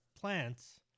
plants